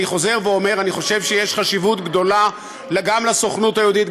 אני חוזר ואומר: אני חושב שיש חשיבות גדולה גם לסוכנות היהודית,